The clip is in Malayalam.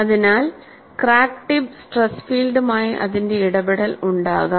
അതിനാൽ ക്രാക്ക് ടിപ്പ് സ്ട്രെസ് ഫീൽഡുമായി ഇതിന്റെ ഇടപെടൽ ഉണ്ടാകാം